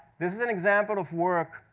this is an example of work,